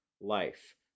life